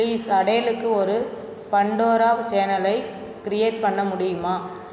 please அடேலுக்கு ஒரு Pandora சேனலை க்ரியேட் பண்ண முடியுமா